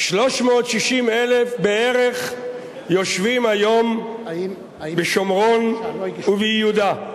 360,000 בערך, יושבים היום בשומרון וביהודה.